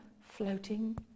floating